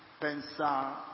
Pensa